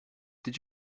did